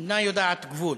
אינה יודעת גבול.